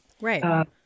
Right